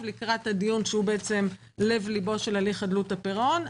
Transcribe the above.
כלשהי לקראת הדיון שהוא לב-ליבו של הליך חדלות הפירעון.